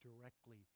directly